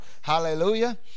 hallelujah